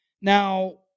now